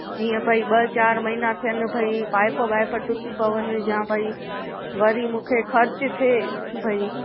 जीअं भई ॿ चारि महीना थियण भई पाईप वाईप टुटी पवनि या भई वरी मूंखे ख़र्च थिए भई